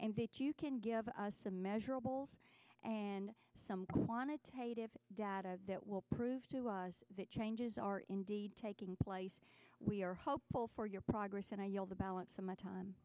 and that you can give us a measurable and some quantitative data that will prove to us that changes are indeed taking place we are hopeful for your progress and i yield the balance of my time